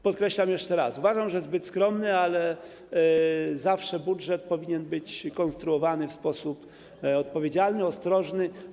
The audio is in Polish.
Podkreślam jeszcze raz, że uważam, że zbyt skromny, ale budżet zawsze powinien być konstruowany w sposób odpowiedzialny, ostrożny.